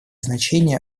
значение